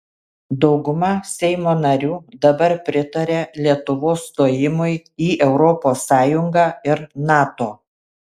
dauguma seimo narių dabar pritaria lietuvos stojimui į europos sąjungą ir nato